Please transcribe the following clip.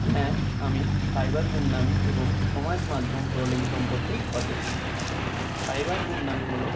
হ্যাঁ আমি সাইবার গুন্ডামি এবং সমাজ মাধ্যম ট্রোলিং সম্পর্কে সচেতন সাইবার গুন্ডামি হলো